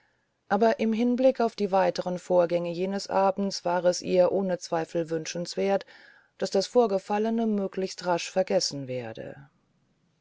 aber im hinblick auf die weiteren vorgänge jenes abends war es ihr ohne zweifel wünschenswert daß das vorgefallene möglichst rasch vergessen werde